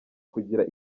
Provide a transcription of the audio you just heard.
kugira